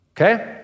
Okay